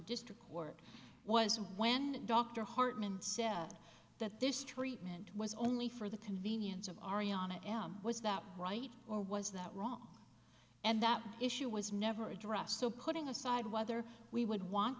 district court was when dr hartmann said that this treatment was only for the convenience of ariana m was that right or was that wrong and that issue was never addressed so putting aside whether we would want